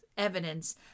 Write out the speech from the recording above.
evidence